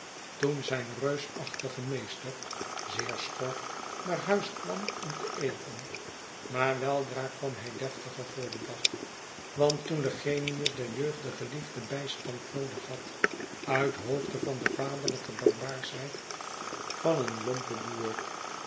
toen zijn reusachtige meester zeer schor naar huis kwam om te eten maar weldra kwam hij deftiger voor den dag want toen de genius der jeugdige liefde bijstand noodig had uit hoofde van de vaderlijke barbaarschheid van een lompen boer